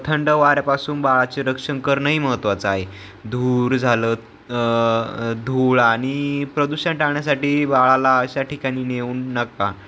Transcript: थंड वाऱ्यापासून बाळाचे रक्षण करणंही महत्त्वाचं आहे धूर झालं धूळ आणि प्रदूषण टाळण्यासाठी बाळाला अशा ठिकाणी नेऊ नका